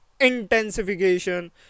intensification